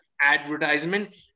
advertisement